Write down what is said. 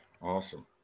Awesome